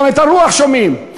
גם את הרוח שומעים.